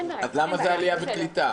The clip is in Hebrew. אז למה זה עלייה וקליטה?